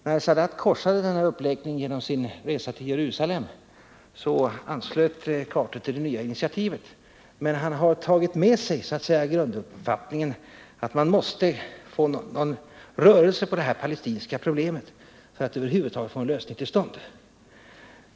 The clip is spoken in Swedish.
När Sadat bröt mot denna uppläggning genom sin resa till Jerusalem anslöt Carter till det nya initiativet, men han har tagit med sig grunduppfattningen att man måste få någon ordning på det palestinska problemet för att över huvud taget få till stånd en lösning.